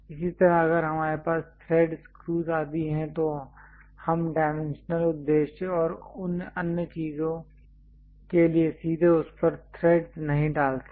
इसी तरह अगर हमारे पास थ्रेड स्क्रूज आदि हैं तो हम डायमेंशनल उद्देश्य और अन्य चीजों के लिए सीधे उस पर थ्रेडस् नहीं डालते हैं